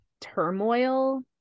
turmoil